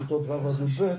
בכיתות ו' עד יב',